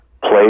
play